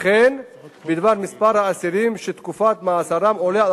וכן על מספר האסירים שתקופת מאסרם עולה על